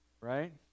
right